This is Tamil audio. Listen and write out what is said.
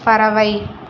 பறவை